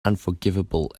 unforgivable